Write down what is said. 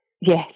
Yes